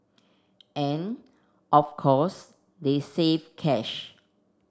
and of course they saved cash